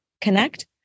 Connect